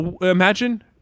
Imagine